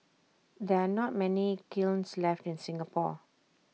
there are not many kilns left in Singapore